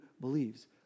believes